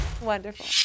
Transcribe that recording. wonderful